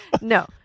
No